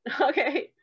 okay